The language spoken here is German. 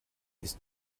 ist